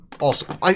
awesome